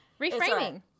Reframing